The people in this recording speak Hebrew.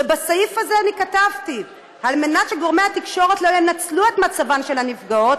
בסעיף הזה כתבתי: "על מנת שגורמי התקשורת לא ינצלו את מצבן של הנפגעות,